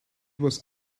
was